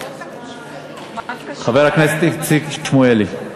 חבר הכנסת איציק שמולי.